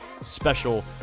special